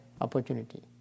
opportunity